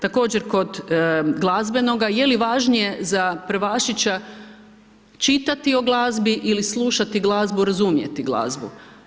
Također kod glazbenoga je li važnije za prvašića čitati o glazbi ili slušati glazbu, razumjeti glazbu.